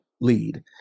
lead